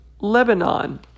Lebanon